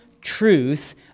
truth